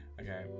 Okay